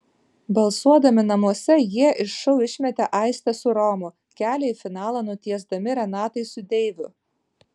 balsuodami namuose jie iš šou išmetė aistę su romu kelią į finalą nutiesdami renatai su deiviu